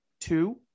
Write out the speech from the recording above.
Two